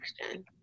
question